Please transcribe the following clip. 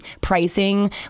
pricing